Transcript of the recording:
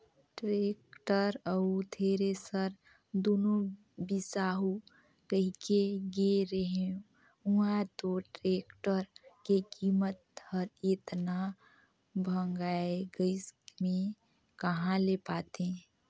tractor अउ thresher दुनो बिसाहू कहिके गे रेहेंव उंहा तो टेक्टर के कीमत हर एतना भंगाए गइस में कहा ले पातें